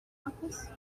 office